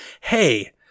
hey